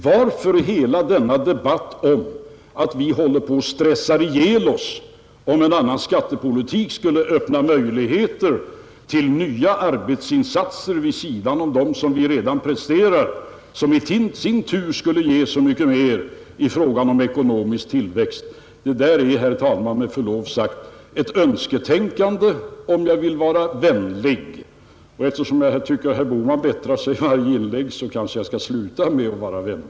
Varför hela denna debatt om att vi håller på att stressa ihjäl oss, om en annan skattepolitik skulle öppna möjligheter till nya arbetsinsatser vid sidan om dem som vi redan presterar, arbetsinsatser som i sin tur skulle ge så mycket mer i fråga om ekonomisk tillväxt? Det där, herr talman, är med förlov sagt ett önsketänkande — om jag vill vara vänlig. Och eftersom jag tycker att herr Bohman bättrar sig för varje inlägg kanske jag skall sluta med att vara vänlig.